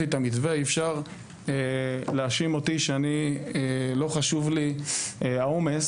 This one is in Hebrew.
אי-אפשר להאשים אותי שלא היה חשוב לי העומס